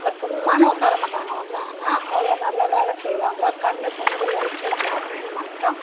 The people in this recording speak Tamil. அவங்க சும்மான்னு உக்கார மாட்டாங்க வந்தாங்கன்னா அவ்வளோ நல்ல வேலை செய்வாங்க கண்ணுக்கு வந்து லென்ஸ் வச்சு ஆப்ரேஷன் பண்ணிட்டோம்